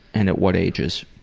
and at what ages?